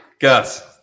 Gus